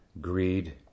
Greed